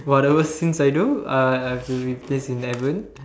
whatever things I do I have to replace in heaven